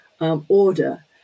order